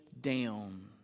down